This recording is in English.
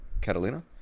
Catalina